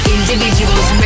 Individuals